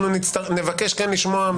אנחנו נבקש מכם לשמוע,